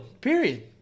Period